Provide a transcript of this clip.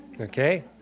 okay